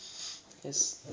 there's